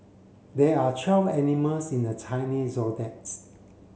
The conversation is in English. there are twelve animals in the Chinese Zodiacs